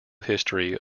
history